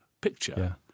picture